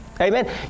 Amen